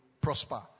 prosper